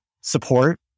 support